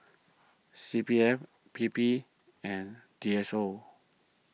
C P F P P and D S O